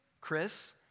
Chris